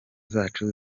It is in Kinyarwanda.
zacu